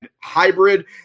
hybrid